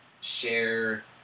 share